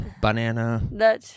banana